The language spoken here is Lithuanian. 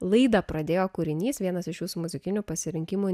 laidą pradėjo kūrinys vienas iš jūsų muzikinių pasirinkimų